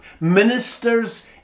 ministers